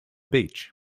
beach